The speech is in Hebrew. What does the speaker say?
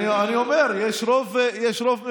אני אומר: יש רוב מוחץ,